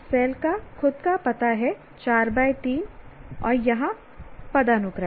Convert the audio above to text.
cell का खुद का पता है4 3 है और यहां पदानुक्रम है